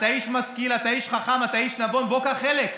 אתם שונאים.